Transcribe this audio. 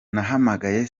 nahamagaye